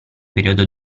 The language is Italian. periodo